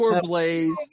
Blaze